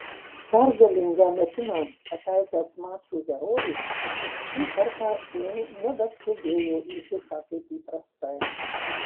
pergalingą metimą pataikęs mačo herojus šį kartą jau nebeskubėjo į dušą kaip įprastai